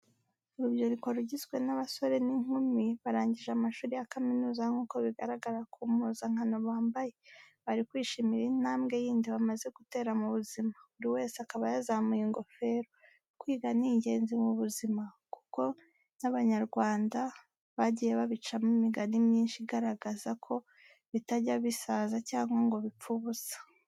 Urubyiruko rugizwe n'abasore n'inkumi barangije amashuri ya kaminuza nk'uko bigaragara ku mpuzankano bambaye, bari kwishimira intambwe yindi bamaze gutera mu buzima, buri wese akaba yazamuye ingofero. Kwiga ni ingenzi mu buzima kuko n'abanyarwanda bagiye babicamo imigani myinshi igaragaza ko bitajya bisaza cyangwa ngo bipfe ubusa.